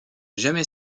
jamais